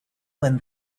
when